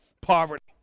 poverty